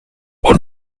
und